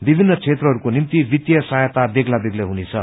विभित्र क्षेत्रहरूको निम्ति वित्तीय सहायता बेग्लै बेग्लै हुनेछ